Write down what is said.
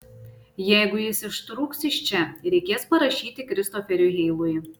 jeigu jis ištrūks iš čia reikės parašyti kristoferiui heilui